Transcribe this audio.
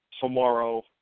tomorrow